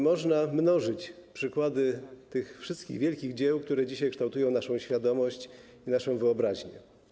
Można mnożyć przykłady tych wszystkich wielkich dzieł, które dzisiaj kształtują naszą świadomość i naszą wyobraźnię.